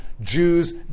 Jews